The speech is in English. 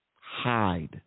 hide